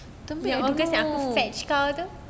tunggu yang aku fetch kau tu